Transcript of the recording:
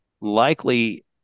likely